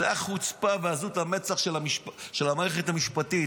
זאת החוצפה ועזות המצח של המערכת המשפטית.